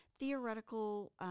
theoretical